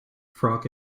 frog